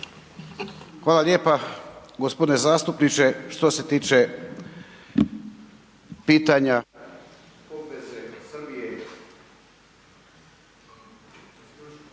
Hvala lijepa, gospodine zastupniče što se tiče pitanja